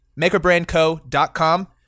MakerBrandCo.com